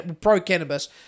pro-cannabis